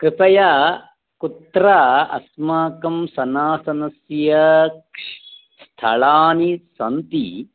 कृपया कुत्र अस्माकं सनातनस्य स्थलानि सन्ति